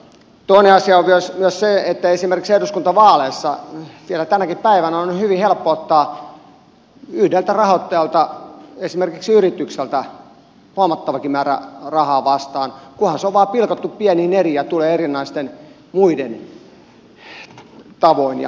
toinen asia on myös se että esimerkiksi eduskuntavaaleissa vielä tänäkin päivänä on hyvin helppo ottaa yhdeltä rahoittajalta esimerkiksi yritykseltä huomattavakin määrä rahaa vastaan kunhan se on vain pilkottu pieniin eriin ja tulee erinäisten muiden tavoin